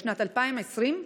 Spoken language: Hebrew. בשנת 2020,